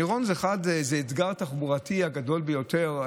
מירון הוא האתגר התחבורתי הגדול ביותר.